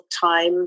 time